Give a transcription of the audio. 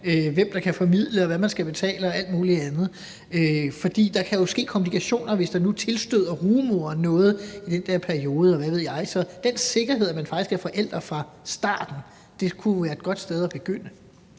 hvem der kan formidle, hvad man skal betale og alt muligt andet. For der kan ske komplikationer, hvis der nu tilstøder rugemoderen noget i den periode, eller hvad ved jeg, så den sikkerhed, at man faktisk er forældre fra starten, kunne være et godt sted at begynde.